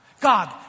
God